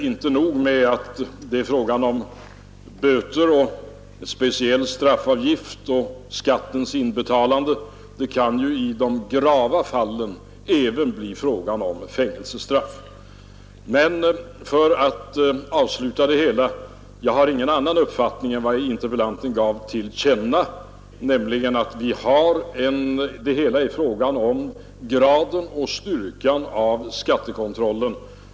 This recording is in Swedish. Inte nog med att det är fråga om böter och speciell straffavgift och skattens inbetalande — det kan i de grava fallen även bli fråga om fängelsestraff. Avslutningsvis vill jag säga att jag inte har någon annan uppfattning än den frågeställaren gav till känna, nämligen att vad det gäller är graden och styrkan av skattekontrollen.